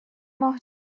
ماه